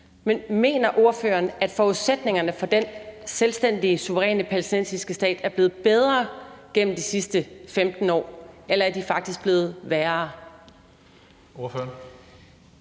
ordfører, at forudsætningerne for den selvstændige, suveræne palæstinensiske stat er blevet bedre igennem de sidste 15 år, eller er de faktisk blevet værre?